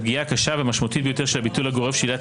הפגיעה הקשה והמשמעותית ביותר של הביטול הגורף של עילת